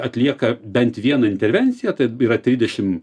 atlieka bent vieną intervenciją tai yra trisdešim